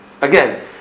Again